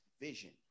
vision